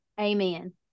Amen